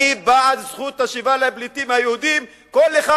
אני בעד זכות השיבה לפליטים היהודים: כל אחד,